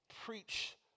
preach